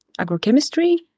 agrochemistry